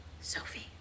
Sophie